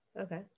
Okay